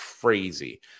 crazy